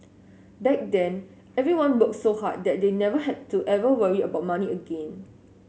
back then everyone worked so hard that they never had to ever worry about money again